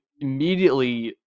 immediately